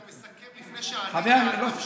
אתה מסכם לפני שענית על השאלה.